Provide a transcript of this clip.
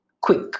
quick